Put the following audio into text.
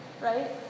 Right